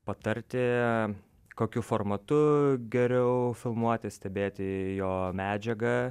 patarti kokiu formatu geriau filmuoti stebėti jo medžiagą